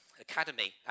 Academy